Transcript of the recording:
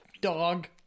dog